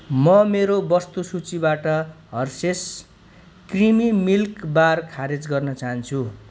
म मेरो वस्तु सूचीबाट हर्सेस क्रिमी मिल्क बार खारेज गर्न चाहन्छु